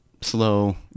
slow